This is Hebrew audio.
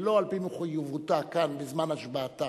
שלא על-פי מחויבותה כאן בזמן השבעתה,